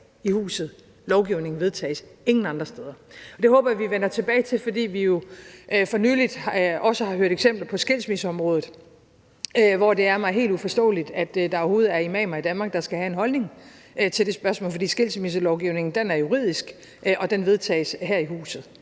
i huset, lovgivningen vedtages – ingen andre steder. Det håber jeg vi vender tilbage til, fordi vi jo for nylig også har hørt eksempler på skilsmisseområdet, hvor det er mig helt uforståeligt, at der overhovedet er imamer i Danmark, der skal have en holdning til det spørgsmål, fordi skilsmisselovgivningen er juridisk og den vedtages her i huset.